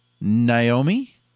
Naomi